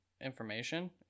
information